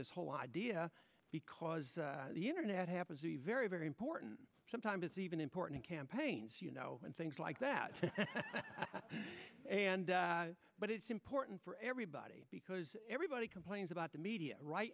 this whole idea because the internet happens to be very very important sometimes even important campaigns you know and things like that and but it's important for everybody because everybody complains about the media right